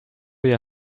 your